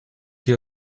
you